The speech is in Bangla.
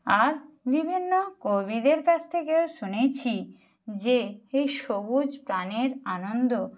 আর বিভিন্ন কবিদের কাস থেকেও শুনেছি যে এই সবুজ প্রাণের আনন্দ